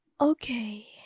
okay